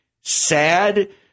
sad